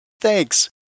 Thanks